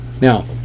Now